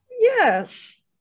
Yes